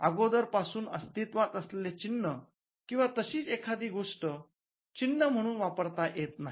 अगोदर पासून अस्तित्वात असलेले चिन्ह किंवा तशीच एखादी गोष्ट चिन्ह म्हणून वापरात येत नाही